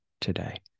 today